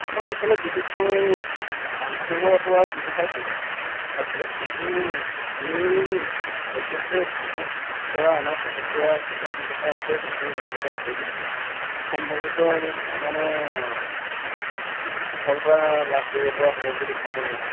আমাৰ অঞ্চলত বিশেষকৈ আৰম্ভ কৰিব পৰা ব্যৱসায় বহুত আছে কিন্তু আমি সদ্যহতে চকুত পৰা আমাৰ চকুত পৰা কিছুমান ব্যৱসায় আছে যিখিনি ব্যৱসায় কৰিলে খুব সম্ভৱত মানে সফলতা লাভ কৰিব পৰা হ'ব বুলি ভাবোঁ মই